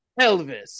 Elvis